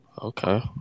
Okay